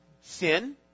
Sin